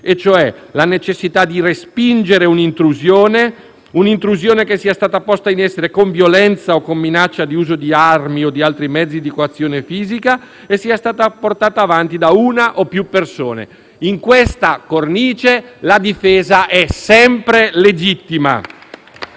elementi: necessità di respingere un'intrusione che sia stata posta in essere con violenza o minaccia di uso di armi o altri mezzi di coazione fisica e che sia stata portata avanti da una o più persone. In questa cornice, la difesa è sempre legittima.